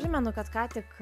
primenu kad ką tik